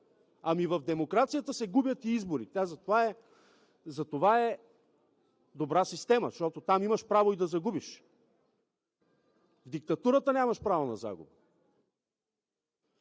В демокрацията се губят избори и затова е добра система, защото там имаш право и да загубиш. В диктатурата нямаш право на загуба.